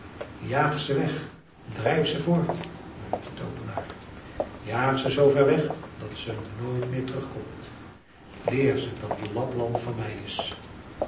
ze weg drijf ze voort riep de toovenaar jaag ze zoover weg dat ze nooit meer terugkomt leer ze dat lapland van mij is